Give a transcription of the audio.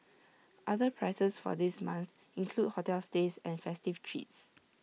other prizes for this month include hotel stays and festive treats